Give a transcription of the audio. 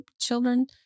children